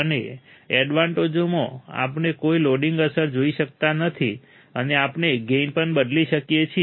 અને એડવાન્ટેજોમાં આપણે કોઈ લોડિંગ અસર જોઈ શકતા નથી અને આપણે ગેઇન પણ બદલી શકીએ છીએ